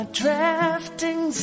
drafting